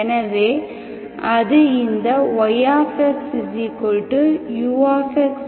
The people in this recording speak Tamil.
எனவே அது இந்த yxux